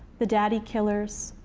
the daddy killers,